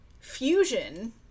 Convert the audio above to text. fusion